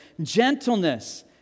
gentleness